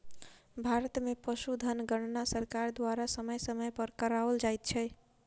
भारत मे पशुधन गणना सरकार द्वारा समय समय पर कराओल जाइत छै